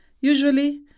Usually